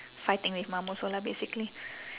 fighting with mum also lah basically